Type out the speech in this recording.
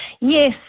yes